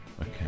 Okay